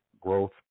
growth